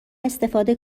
استفاده